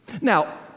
Now